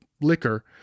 liquor